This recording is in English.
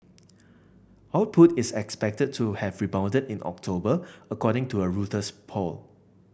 output is expected to have rebounded in October according to a Reuters poll